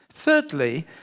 Thirdly